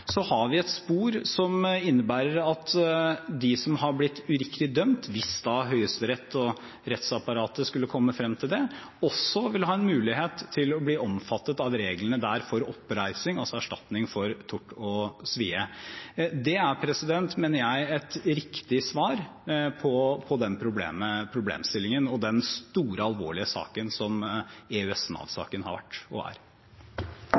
så har vi et spor som innebærer at de som har blitt uriktig dømt, hvis da Høyesterett og rettsapparatet skulle komme frem til det, også vil ha en mulighet til å bli omfattet av reglene der for oppreisning, altså erstatning for tort og svie. Det er, mener jeg, et riktig svar på den problemstillingen og den store, alvorlige saken som EØS/Nav-saken har vært og er.